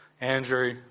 Andrew